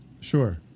Sure